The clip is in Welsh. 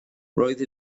roedd